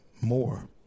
more